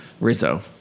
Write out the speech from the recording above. Rizzo